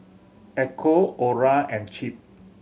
Echo Orra and Chip